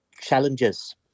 challenges